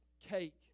cake